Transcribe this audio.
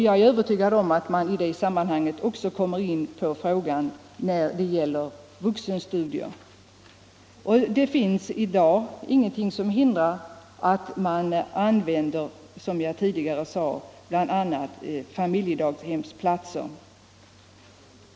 Jag är övertygad om att delegationen i det sammanhanget också kommer in på den frågan när det gäller vuxenstudier. Det finns, som jag sade, i dag ingenting som hindrar att man använder familjedaghemsplatser.